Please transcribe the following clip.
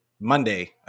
Monday